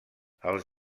els